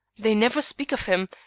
they never speak of him,